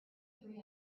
three